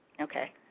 Okay